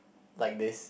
like this